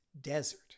desert